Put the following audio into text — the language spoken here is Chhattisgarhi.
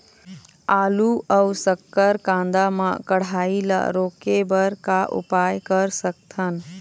आलू अऊ शक्कर कांदा मा कढ़ाई ला रोके बर का उपाय कर सकथन?